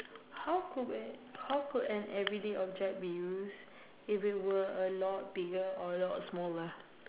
how could an how could an everyday object be use if it would a lot bigger or a lot smaller